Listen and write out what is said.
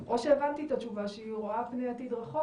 או שהבנתי את התשובה שהיא רואה פני עתיד רחוק